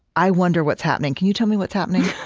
i wonder what's happening. can you tell me what's happening?